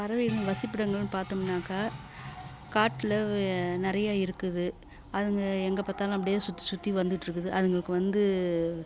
பறவைகளின் வசிப்பிடங்கள்னு பார்த்தோம்னாக்கா காட்டில் நிறைய இருக்குது அதுங்க எங்கே பார்த்தாலும் அப்படியே சுற்றி சுற்றி வந்துவிட்டு இருக்குது அதுங்களுக்கு வந்து